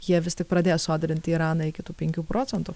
jie vis tik pradės sodrinti iraną iki tų penkių procentų